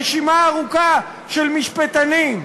רשימה ארוכה של משפטנים.